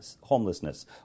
homelessness